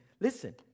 Listen